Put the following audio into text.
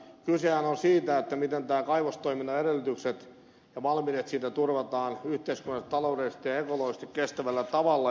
kysehän on siitä miten kaivostoiminnan edellytykset ja malminetsintä turvataan yhteiskunnallisesti taloudellisesti ja ekologisesti kestävällä tavalla